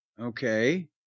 Okay